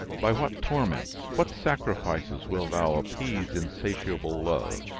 by what torments, what sacrifices, wilt thou appease insatiable love?